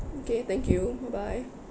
okay thank you bye bye